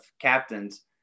captains